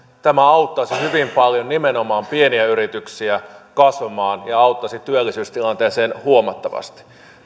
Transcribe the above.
tämä auttaisi hyvin paljon nimenomaan pieniä yrityksiä kasvamaan ja auttaisi työllisyystilanteeseen huomattavasti